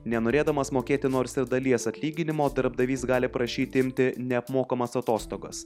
nenorėdamas mokėti nors ir dalies atlyginimo darbdavys gali prašyti imti neapmokamas atostogas